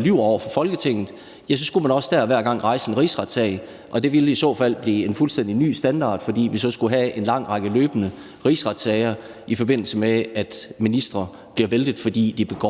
lyver over for Folketinget, så skulle man også der, hver gang, rejse en rigsretssag. Det ville i så fald blive en fuldstændig ny standard, fordi vi så skulle have en lang række løbende rigsretssager, i forbindelse med at ministre blev væltet, fordi de begik